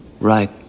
Right